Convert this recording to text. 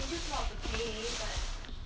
you can just go out to play but